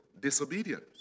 disobedience